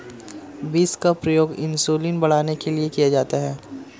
beans का प्रयोग insulin बढ़ाने के लिए किया जाता है